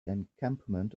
encampment